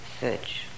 search